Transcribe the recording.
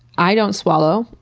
i don't swallow.